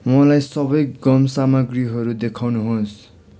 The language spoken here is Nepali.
मलाई सबै गम सामग्रीहरू देखाउनुहोस्